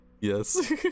Yes